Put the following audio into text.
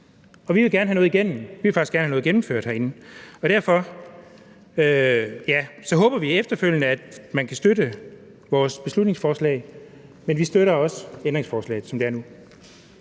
Vi vil gerne have noget igennem. Vi vil faktisk gerne have noget gennemført herinde, og derfor håber vi efterfølgende, at man kan støtte vores beslutningsforslag, men vi støtter også ændringsforslaget, som det er nu.